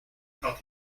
cut